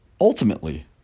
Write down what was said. ultimately